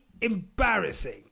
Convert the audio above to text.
embarrassing